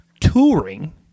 touring